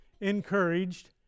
encouraged